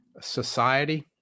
society